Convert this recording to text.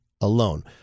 alone